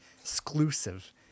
exclusive